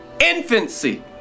Infancy